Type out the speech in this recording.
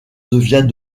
devient